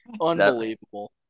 unbelievable